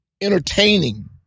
entertaining